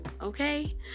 okay